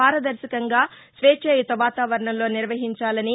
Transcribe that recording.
పారదర్భకంగా స్వేచ్చాయుత వాతావరణంలో నిర్వహించాలని